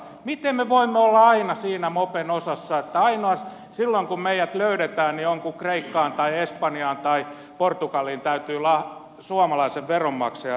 miten me voimme olla aina siinä mopen osassa että silloin kun meidät löydetään niin johonkin kreikkaan tai espanjaan tai portugaliin täytyy suomalaisen veronmaksajan rahaa lähettää